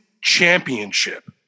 Championship